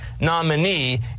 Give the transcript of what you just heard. nominee